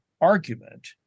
argument